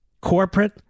Corporate